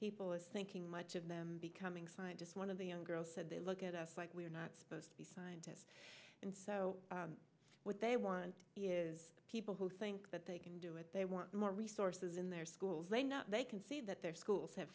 people as thinking much of them becoming scientists one of the young girls said they look at us like we're not supposed to be scientists and so what they want is people who think that they can do what they want more resources in their schools they know they can see that their schools have